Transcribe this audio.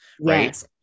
right